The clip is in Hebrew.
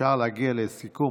אפשר להגיע לסיכום.